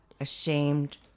ashamed